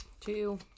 two